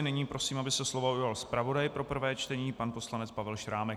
Nyní prosím, aby se slova ujal zpravodaj pro prvé čtení pan poslanec Pavel Šrámek.